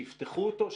שיפתחו אותו,